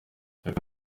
ariko